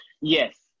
Yes